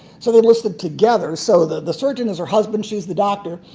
so they enlisted together. so the the surgeon is her husband. she's the doctor.